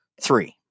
three